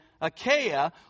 Achaia